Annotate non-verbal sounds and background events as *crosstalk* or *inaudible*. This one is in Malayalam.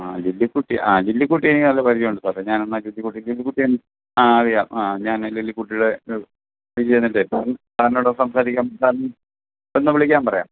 ആ ലില്ലിക്കുട്ടി ആ ലില്ലിക്കുട്ടിയെ എനിക്ക് നല്ല പരിചയം ഉണ്ട് സാറെ ഞാന് എന്നാൽ ലില്ലിക്കുട്ടി ലില്ലിക്കുട്ടിയെ എനിക്ക് ആ അറിയാം ആ ഞാൻ ലില്ലിക്കുട്ടിയുടെ *unintelligible* സാറ് സാറിനോട് ഒന്ന് സംസാരിക്കാന് പറയാം സാറിനെ വിളിക്കാൻ പറയാം